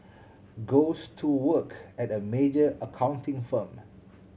goes to work at a major accounting firm